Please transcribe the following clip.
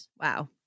Wow